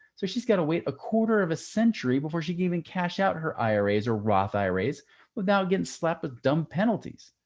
so she's got to wait a quarter of a century before she gave him cash out, her iras or roth iras without getting slept with dumb penalties.